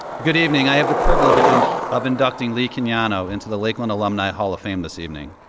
good evening. i have the privilege and of inducting lee quignano into the lakeland alumni hall of fame this evening.